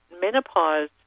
menopause